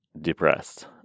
depressed